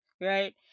right